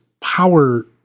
power